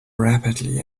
rapidly